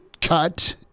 cut